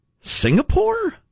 Singapore